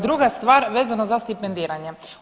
Druga stvar, vezano za stipendiranje.